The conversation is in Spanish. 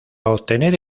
obtener